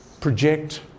project